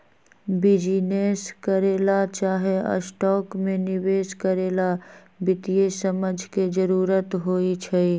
business करे ला चाहे स्टॉक में निवेश करे ला वित्तीय समझ के जरूरत होई छई